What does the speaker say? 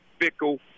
fickle